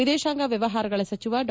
ವಿದೇಶಾಂಗ ವ್ಯವಹಾರಗಳ ಸಚಿವ ಡಾ